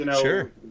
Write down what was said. Sure